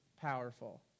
powerful